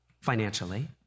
financially